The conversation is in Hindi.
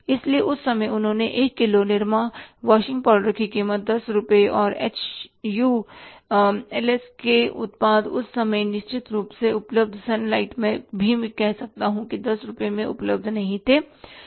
इसलिए उस समय उन्होंने 1 किलो निरमा वाशिंग पाउडर की कीमत 10 रुपये और एचयूएलएस के उत्पाद उस समय निश्चित रूप से उपलब्ध सनलाइट भी मैं कह सकता हूं कि 10 रुपए में उपलब्ध नहीं था